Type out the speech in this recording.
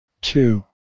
two